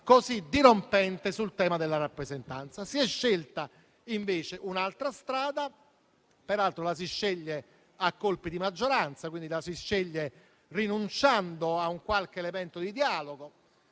così dirompente sul tema della rappresentanza. Si è scelta, invece, un'altra strada, peraltro a colpi di maggioranza, quindi rinunciando a un minimo elemento di dialogo.